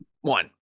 One